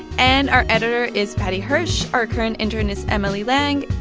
and our editor is paddy hirsch. our current intern is emily lang.